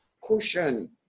cushion